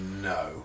no